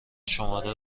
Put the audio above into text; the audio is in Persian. شماره